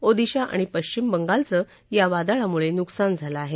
ओदिशा आणि पश्चिम बंगालचं या वादळामुळे नुकसान झालं आहे